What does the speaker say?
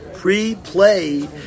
pre-play